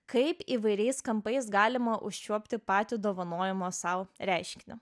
kaip įvairiais kampais galima užčiuopti patį dovanojimo sau reiškinį